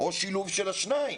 או שילוב של השניים.